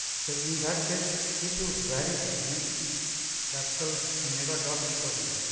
so, in that case, if you vary this means capital omega dot is present.